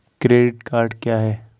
Credit card क्या है?